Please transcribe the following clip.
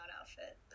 outfit